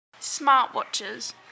Smartwatches